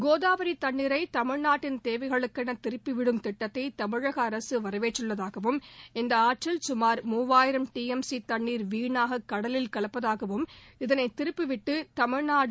கோதாவரி தண்ணீரை தமிழ்நாட்டின் தேவைகளுக்கென திருப்பிவிடும் திட்டத்தை தமிழக அரசு வரவேற்றுள்ளதாகவும் இந்த ஆற்றில் சுமார் மூவாயிரம் டி எம் சி தண்ணீர் வீணாக கடலில் கலப்பதாகவும் இதனை திருப்பிவிட்டு தமிழ்நாடு